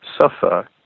suffer